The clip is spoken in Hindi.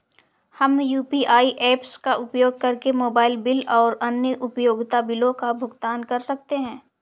हम यू.पी.आई ऐप्स का उपयोग करके मोबाइल बिल और अन्य उपयोगिता बिलों का भुगतान कर सकते हैं